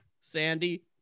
sandy